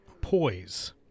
poise